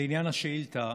לעניין השאילתה,